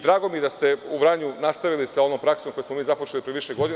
Drago mi je da ste u Vranju nastavili sa onom praksom koju smo započeli pre više godina.